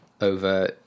over